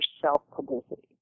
self-publicity